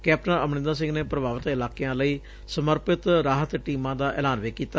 captain Amarinder Singh ਨੇ ਪ੍ਰਭਾਵਿਤ ਇਲਾਕਿਆਂ ਲਈ ਸਮਰਪਿਤ ਰਾਹਤ ਟੀਮਾਂ ਦਾ ਐਲਾਨ ਵੀ ਕੀਤਾ